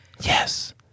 yes